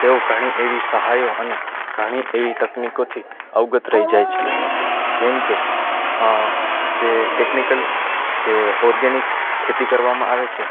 તેઓ ઘણી એવી સહાયો અને ઘણી એવી તકનિકોથી અવગત રહી જાય છે જેમ કે જે ટેકનિકલ જે ઓર્ગેનિક ખેતી કરવામાં આવે છે